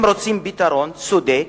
הם רוצים פתרון צודק,